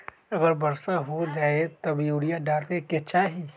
अगर वर्षा हो जाए तब यूरिया डाले के चाहि?